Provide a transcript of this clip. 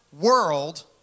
world